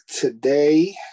Today